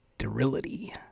Sterility